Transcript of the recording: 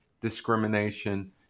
discrimination